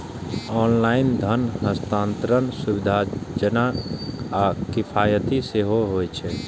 online धन हस्तांतरण सुविधाजनक आ किफायती सेहो होइ छै